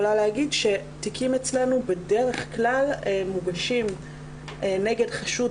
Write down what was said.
אני יכולה להגיד שתיקים אצלנו בדרך כלל מוגשים נגד חשוד